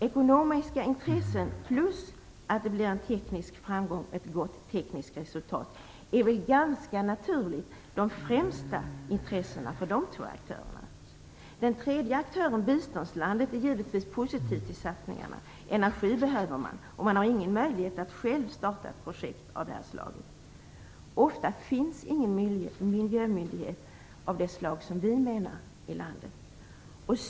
Ekonomiska intressen plus att det blir en teknisk framgång, ett gott tekniskt resultat, är ganska naturligt de främsta intressena för dessa två aktörer. Den tredje aktören, biståndslandet, är givetvis positiv, för energi behöver man och man har ingen möjlighet att själv starta ett projekt av det slaget. Ofta finns ingen miljömyndighet av det slag som vi har i landet.